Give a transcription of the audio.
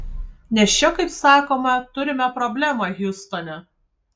nes čia kaip sakoma turime problemą hiustone